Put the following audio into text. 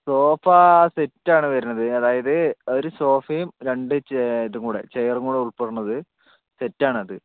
sofa set ആണ് വരണത് അതായത് ഒരു സോഫയും രണ്ടു ഇതും കൂടെ ചെയറും കൂടെ ഉൾപ്പെടണത് സെറ്റ് ആണ് അത്